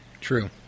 True